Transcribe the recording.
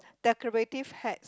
decorative hat